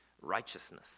righteousness